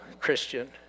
Christian